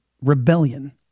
rebellion